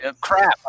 crap